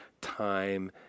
time